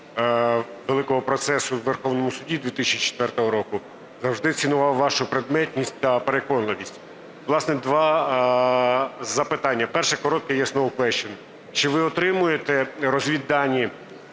великого процесу у Верховному Суді 2004 року, завжди цінував вашу предметність та переконливість. Власне, два запитання. Перше, коротке, yes/no question. Чи ви отримуєте розвіддані